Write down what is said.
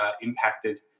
impacted